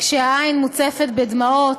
כשהעין מוצפת בדמעות,